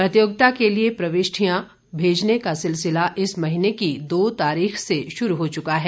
प्रतियोगिता के लिए प्रविष्टियां भेजने का सिलसिला इस महीने की दो तारीख से शुरू हो चुका है